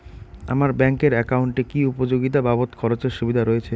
আমার ব্যাংক এর একাউন্টে কি উপযোগিতা বাবদ খরচের সুবিধা রয়েছে?